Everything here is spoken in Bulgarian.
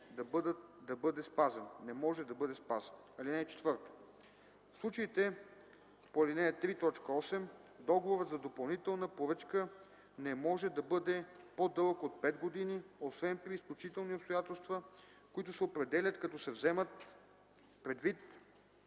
ал. 3, не може да бъде спазен. (4) В случаите по ал. 3, т. 8 договорът за допълнителна поръчка не може да бъде по-дълъг от 5 години, освен при изключителни обстоятелства, които се определят, като се вземат предвид